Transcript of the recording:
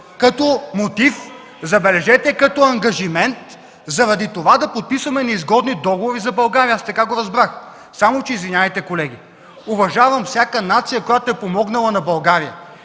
като мотив, забележете, като ангажимент заради това да подписваме неизгодни договори за България – така го разбрах. Колеги, извинявайте, уважавам всяка нация, която е помогнала на България.